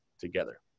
together